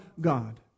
God